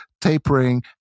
tapering